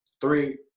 three